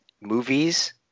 movies